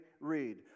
Read